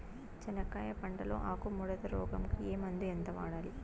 చెనక్కాయ పంట లో ఆకు ముడత రోగం కు ఏ మందు ఎంత వాడాలి?